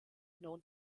known